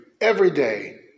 everyday